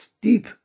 deep